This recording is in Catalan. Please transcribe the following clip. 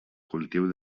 cultiu